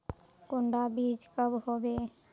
कुंडा बीज कब होबे?